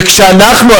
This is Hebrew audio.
וכשאנחנו,